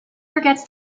forgets